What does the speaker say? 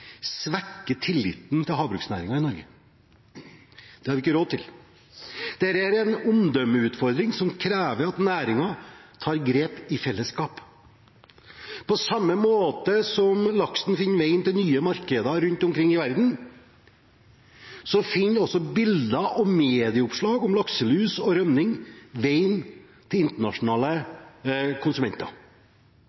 svekker tilliten til havbruksnæringen i Norge. Det har vi ikke råd til. Dette er en omdømmeutfordring som krever at næringen tar grep i fellesskap. På samme måte som laksen finner veien til nye markeder rundt omkring i verden, finner også bilder og medieoppslag om lakselus og rømming veien til internasjonale